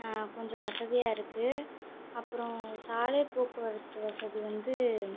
கொஞ்சோம் வசதியாக இருக்குது அப்புறோ சாலை போக்குவரத்து வசதி வந்து